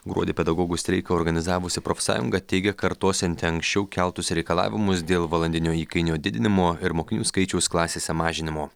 gruodį pedagogų streiką organizavusi profsąjunga teigia kartosianti anksčiau keltus reikalavimus dėl valandinio įkainio didinimo ir mokinių skaičiaus klasėse mažinimo